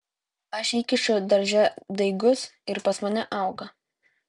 aš įkišu darže daigus ir pas mane auga